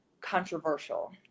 controversial